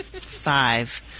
Five